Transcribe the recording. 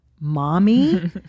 mommy